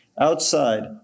outside